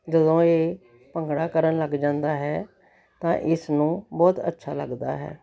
ਜਦੋਂ ਇਹ ਭੰਗੜਾ ਕਰਨ ਲੱਗ ਜਾਂਦਾ ਹੈ ਤਾਂ ਇਸ ਨੂੰ ਬਹੁਤ ਅੱਛਾ ਲੱਗਦਾ ਹੈ